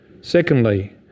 Secondly